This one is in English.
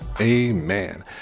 amen